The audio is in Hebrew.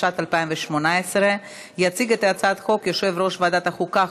התשע"ט 2018. יציג את הצעת החוק יושב-ראש ועת החוקה,